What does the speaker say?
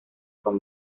con